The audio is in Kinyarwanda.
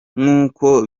nk’uko